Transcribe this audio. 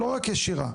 לא רק ישירה,